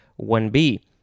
1B